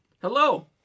hello